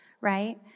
right